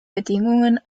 bedingungen